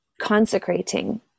consecrating